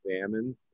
salmon